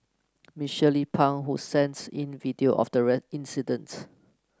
Miss Shirley Pang who sent in video of the incident